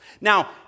Now